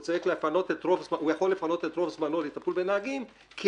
והוא יכול לפנות את רוב זמנו לטיפול בנהגים כי